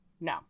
no